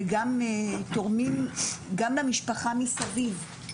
ותורמים גם למשפחה מסביב.